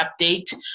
update